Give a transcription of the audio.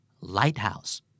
Lighthouse